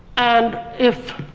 and if,